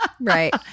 right